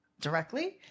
directly